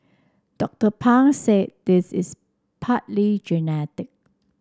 Doctor Pang said this is partly genetic